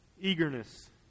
eagerness